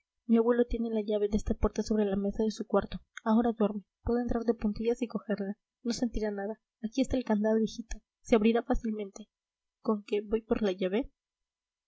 mi abuelo tiene la llave de esta puerta sobre la mesa de su cuarto ahora duerme puedo entrar de puntillas y cogerla no sentirá nada aquí está el candado hijito se abrirá fácilmente conque voy por la llave